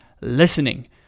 listening